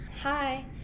Hi